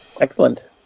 Excellent